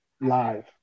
live